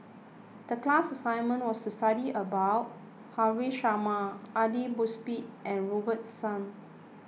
the class assignment was to study about Haresh Sharma Aidli Mosbit and Robert Soon